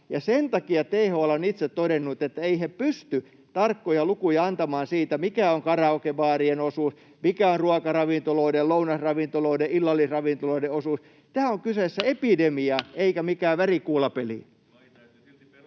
sen takia THL on itse todennut, että eivät he pysty tarkkoja lukuja antamaan siitä, mikä on karaokebaarien osuus, mikä on ruokaravintoloiden, lounasravintoloiden, illallisravintoloiden osuus. Tässä on kyseessä epidemia eikä mikään värikuulapeli.